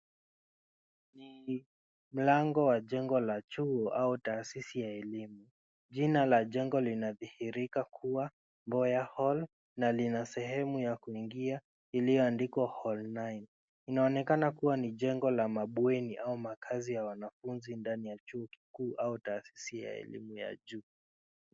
Ni mlango wa jengo la chuo au taasisi ya elimu. Jina la jengo linadhihirika kuwa MBOYA HALL, na lina sehemu ya kuingia iliyoandikwa HALL 9.Inaonekana kuwa ni jengo la mabweni au makazi ya wanafunzi ndani ya chuo kikuu au taasisi ya elimu ya juu.